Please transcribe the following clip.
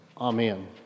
Amen